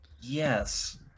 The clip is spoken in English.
yes